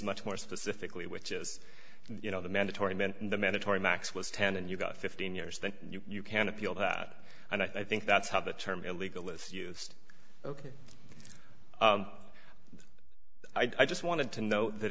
much more specifically which is you know the mandatory meant the mandatory max was ten and you got fifteen years then you can appeal that and i think that's how the term illegal is used ok i just wanted to know that